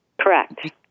Correct